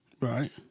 Right